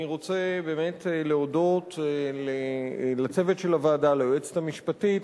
אני רוצה באמת להודות לצוות של הוועדה: ליועצת המשפטית,